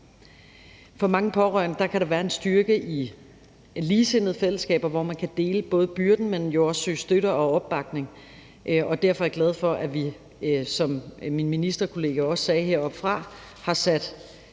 For mange pårørende kan der være en styrke i ligesindede fællesskaber, hvor man kan dele både byrden, men jo også søge støtte og opbakning, og derfor er jeg glad for, at vi, som min ministerkollega også sagde heroppefra, har sat